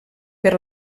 per